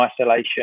isolation